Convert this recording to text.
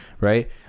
right